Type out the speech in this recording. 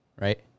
right